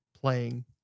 Playing